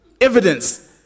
Evidence